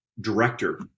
director